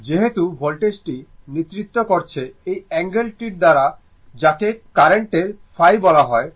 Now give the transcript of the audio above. যেহেতু ভোল্টেজটি নেতৃত্ব করছে এই অ্যাঙ্গেল টির দ্বারা যাকে কার্রেন্টের ϕ বলা হয়